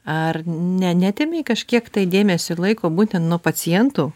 ar ne neatėmė kažkiek tai dėmesio ir laiko būtent nuo pacientų